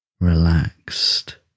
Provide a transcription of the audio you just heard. relaxed